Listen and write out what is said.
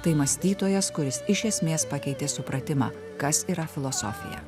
tai mąstytojas kuris iš esmės pakeitė supratimą kas yra filosofija